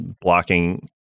blocking